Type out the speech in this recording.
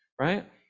right